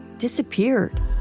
disappeared